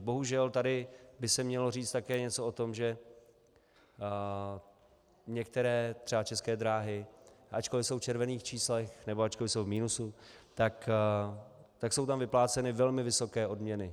Bohužel, tady by se mělo říct také něco o tom, že některé, třeba České dráhy, ačkoli jsou v červených číslech, nebo ačkoli jsou v minusu, tak jsou tam vypláceny velmi vysoké odměny.